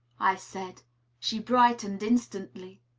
i said. she brightened instantly.